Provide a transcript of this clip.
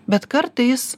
bet kartais